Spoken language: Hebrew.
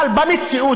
אבל במציאות,